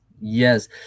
Yes